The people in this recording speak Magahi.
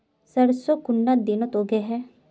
सरसों कुंडा दिनोत उगैहे?